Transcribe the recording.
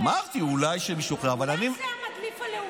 אולי זה המדליף הלאומי?